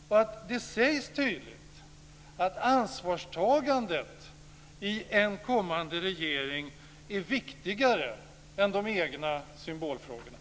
Det ska sägas tydligt att ansvarstagandet i en kommande regering är viktigare än de egna symbolfrågorna.